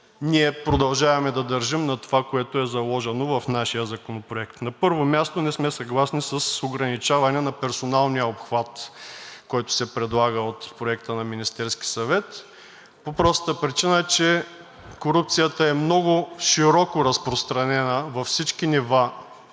ние продължаваме да държим на това, което е заложено в нашия законопроект. На първо място не сме съгласни с ограничаване на персоналния обхват, който се предлага от Проекта на Министерския съвет по простата причина, че корупцията е много широко разпространена във всички нива